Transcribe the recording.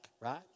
right